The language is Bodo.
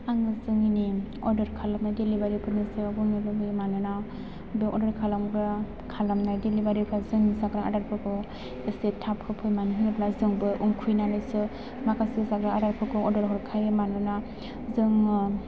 आङो जोंनि अर्डार खालामनाय दिलिबारिफोरनि सायाव बुंनो लुबैयो मानोना बे अर्डार खालामग्रा खालामनाय दिलिबारिफोरजों जाग्रा आदारफोरखौ एसे थाब होफै मानो होनोब्ला जोंबो उखैनानैसो माखासे जाग्रा आदारफोरखौ अर्डार हरखायो मानोना जोङो